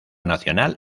nacional